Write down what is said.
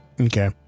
Okay